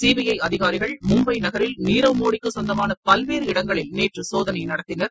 CBI அதிகாரிகள் மும்பை நகரில் நீரவ் மோடிக்கு சொந்தமான பல்வேறு இடங்களில் நேற்று சோதனை நடத்தினர்